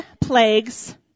plagues